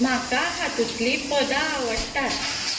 म्हाका हातूंतली पदां आवडटात